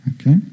Okay